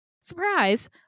Surprise